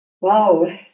Wow